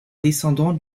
descendant